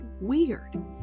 weird